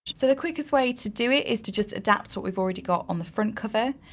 so the quickest way to do it is to just adapt what we've already got on the front cover.